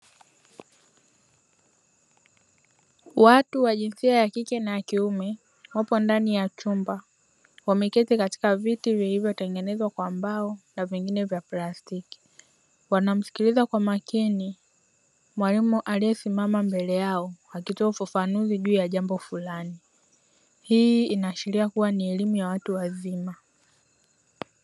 Watu wa jinsia ya kike na kiume wapo ndani ya chumba wameketi katika viti vilivyo tengenezwa kwa mbao na vingine vya plastiki, wanamsikiliza kwa makini mwalimu aliye simama mbele yao akitoa ufafanuzi juu ya jambo furani. Hii inashilia kuwa ni elimu ya watu wazima.